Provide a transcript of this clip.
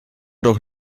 doch